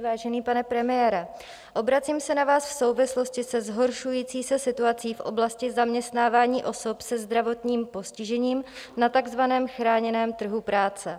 Vážený pane premiére, obracím se na vás v souvislosti se zhoršující se situací v oblasti zaměstnávání osob se zdravotním postižením na takzvaném chráněném trhu práce.